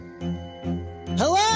hello